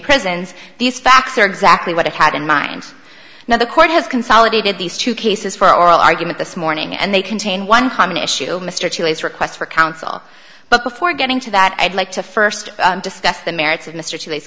prisons these facts are exactly what i had in mind now the court has consolidated these two cases for oral argument this morning and they contain one common issue mr to his requests for counsel but before getting to that i'd like to first discuss the merits of mr to